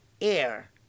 air